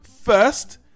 first